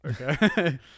Okay